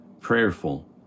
prayerful